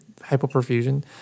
hypoperfusion